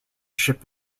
ship